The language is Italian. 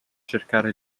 cercare